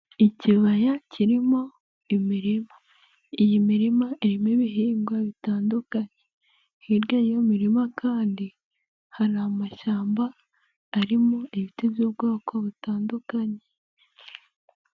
Ikibaya kirimo imirima, iyi mirima irimo ibihingwa bitandukanye, hirya y'uwo murima kandi hari amashyamba arimo ibiti by'ubwoko butandukanye.